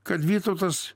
kad vytautas